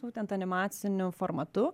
būtent animaciniu formatu